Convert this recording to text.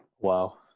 Wow